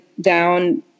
down